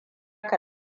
ka